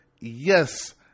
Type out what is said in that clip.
Yes